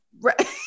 right